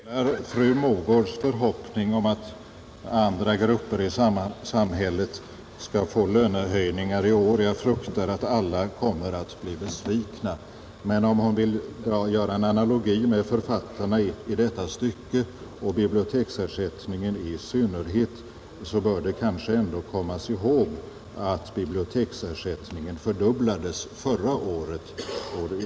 Herr talman! Jag delar fru Mogårds förhoppning att alla grupper i samhället skall få lönehöjningar i år. Jag fruktar att alla kommer att bli besvikna på resultaten. Om hon vill göra en analogi med författarna i detta syfte och med biblioteksersättningen i synnerhet, bör hon kanske komma ihåg att biblioteksersättningen fördubblades förra året.